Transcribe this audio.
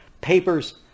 papers